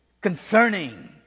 Concerning